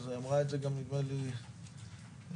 אמרה את זה גם חברת הכנסת רוזין,